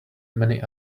many